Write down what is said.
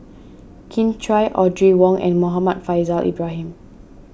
Kin Chui Audrey Wong and Muhammad Faishal Ibrahim